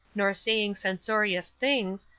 nor saying censorious things,